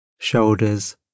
shoulders